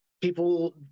people